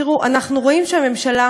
תראו, אנחנו רואים שהממשלה,